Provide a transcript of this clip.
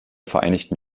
vereinigten